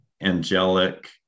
angelic